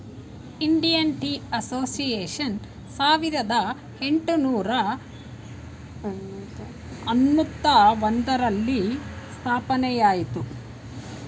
Indian tea association ಸಾವಿರದ ಏಟುನೂರ ಅನ್ನೂತ್ತ ಒಂದರಲ್ಲಿ ಸ್ಥಾಪನೆಯಾಯಿತು